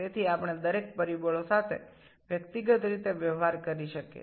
সুতরাং আমরা স্বতন্ত্রভাবে প্রতিটি রাশির আলোচনা করতে পারি